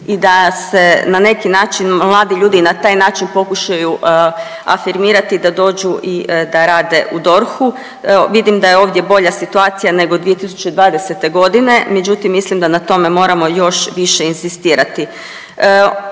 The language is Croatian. i da se na neki način mladi ljudi i na taj način pokušaju afirmirati da dođu i da rade u DORH-u. Evo vidim da je ovdje bolja situacija nego 2020.g., međutim mislim da na tome moramo još više inzistirati.